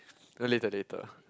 later later